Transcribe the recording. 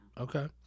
Okay